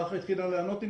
ברכה התחילה לענות.